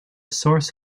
source